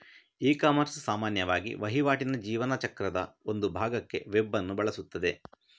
ecommerce ಸಾಮಾನ್ಯವಾಗಿ ವಹಿವಾಟಿನ ಜೀವನ ಚಕ್ರದ ಒಂದು ಭಾಗಕ್ಕೆ ವೆಬ್ ಅನ್ನು ಬಳಸುತ್ತದೆ